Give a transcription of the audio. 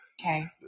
Okay